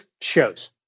shows